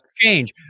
change